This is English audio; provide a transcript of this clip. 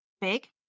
big